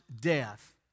death